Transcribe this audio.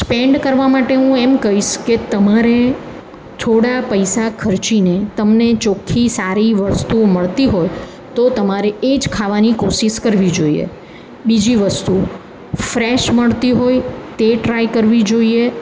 spend કરવા માટે હું એમ કહીશ કે તમારે થોળા પૈસા ખર્ચીને તમને ચોખ્ખી સારી વસ્તુઓ મળતી હોય તો તમારે એ જ ખાવાની કોશિશ કરવી જોઈએ બીજી વસ્તુ ફ્રેશ મળતી હોય તે ટ્રાય કરવી જોઈએ